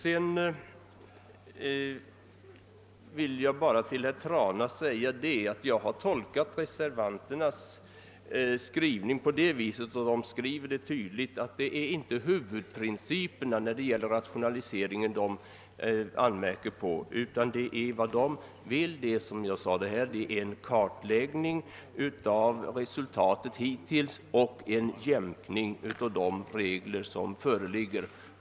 Sedan vill jag bara till herr Trana säga, att jag har tolkat reservanternas skrivning på det viset — och de skriver det tydligt — att det inte är huvudprinciperna när det gäller rationaliseringen som de anmärker på, utan att vad de önskar är en kartläggning av resultatet hittills samt en jämkning av de regler som föreligger.